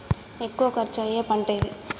ఎక్కువ ఖర్చు అయ్యే పంటేది?